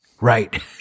Right